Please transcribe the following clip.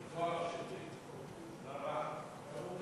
אדוני